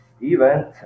event